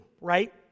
right